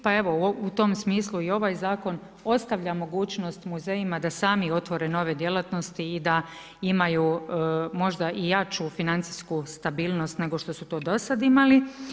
Pa evo u tom smislu i ovaj zakon ostavlja mogućnost muzejima da sami otvore nove djelatnosti i da imaju možda i jaču financijsku stabilnost, nego što su to do sad imali.